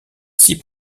six